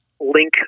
link